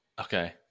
Okay